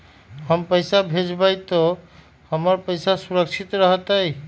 हम पैसा भेजबई तो हमर पैसा सुरक्षित रहतई?